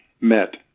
met